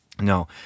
no